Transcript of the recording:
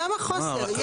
למה חוסר?